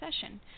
session